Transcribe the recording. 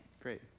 Great